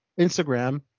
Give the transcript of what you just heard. instagram